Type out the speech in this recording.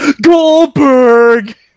Goldberg